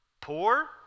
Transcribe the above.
Poor